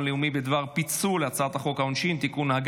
לאומי בדבר פיצול הצעת חוק העונשין (תיקון,